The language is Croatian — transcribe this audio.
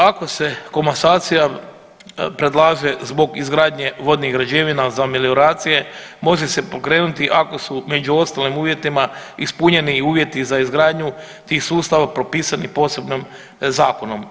Ako se komasacija predlaže zbog izgradnje vodnih građevina za melioracije može se pokrenuti ako su među ostalim uvjetima ispunjeni i uvjeti za izgradnju tih sustava propisani posebnom zakonom.